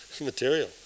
material